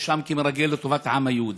הואשם כמרגל לטובת העם היהודי.